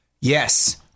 Yes